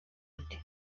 undi